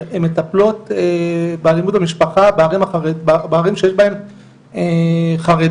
שהן מטפלות באלימות במשפחה בערים שיש בהם חרדים,